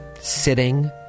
sitting